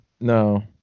No